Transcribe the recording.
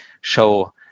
show